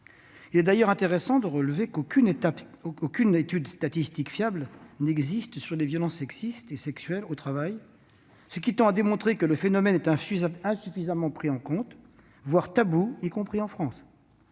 Il est d'ailleurs intéressant de relever qu'aucune étude statistique fiable n'existe sur les violences sexistes et sexuelles au travail, ce qui tend à démontrer que le phénomène est insuffisamment pris en compte, voire tabou, y compris en France.